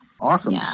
Awesome